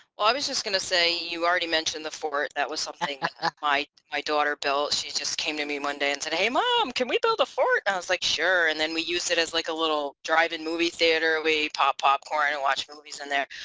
ah i was just gonna say you already mentioned the fort that was something my daughter built she just came to me monday and today um can we build a fort i was like sure and then we use it as like a little drive-in movie theater we pop popcorn and watch movies in there.